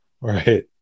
Right